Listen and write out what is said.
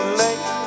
late